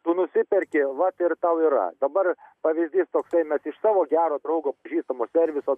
tu nusiperki vat ir tau yra dabar pavyzdys toksai mes iš savo gero draugo pažįstamo serviso